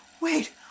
Wait